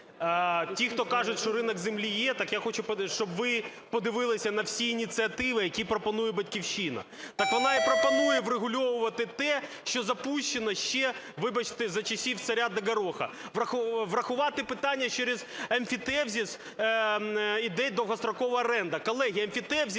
Ті, хто кажуть, що ринок землі є, я хочу, щоби ви подивилися на всі ініціативи, які пропонує "Батьківщина". Так вона і пропонує врегульовувати те, що запущено ще, вибачте, за часів "царя гороха". Врахувати питання через емфітевзис ідеї довгострокової оренди. Колеги, емфітевзис